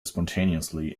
spontaneously